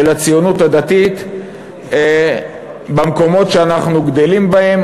הציונות הדתית במקומות שאנחנו גדלים בהם,